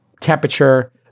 temperature